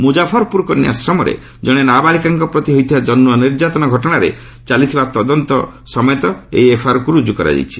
ମୁଜାଫରପୁର କନ୍ୟାଶ୍ରମରେ ଜଣେ ନାବାଳିକାଙ୍କ ପ୍ରତି ହୋଇଥିବା ଯୌନ ନିର୍ଯ୍ୟାତନା ଘଟଣାରେ ଚାଲିଥିବା ତଦନ୍ତ ବ୍ୟତୀତ ଏହି ଏଫ୍ଆଇଆର୍ ରୁଜୁ ହୋଇଛି